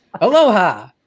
Aloha